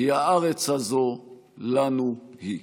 כי הארץ הזאת לנו היא.